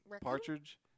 partridge